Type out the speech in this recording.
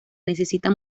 necesita